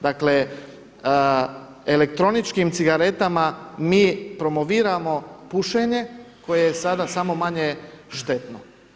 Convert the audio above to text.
Dakle, elektroničkim cigaretama mi promoviramo pušenje koje je sada samo manje štetno.